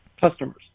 customers